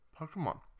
Pokemon